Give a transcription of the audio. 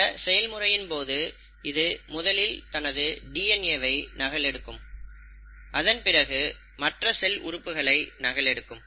இந்த செயல்முறையின் போது இது முதலில் தனது டிஎன்ஏ வை நகலெடுக்கும் அதன் பிறகு மற்ற செல் உறுப்புகளை நகல் எடுக்கும்